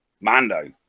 Mando